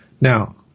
Now